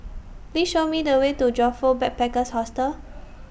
Please Show Me The Way to Joyfor Backpackers' Hostel